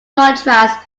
contrast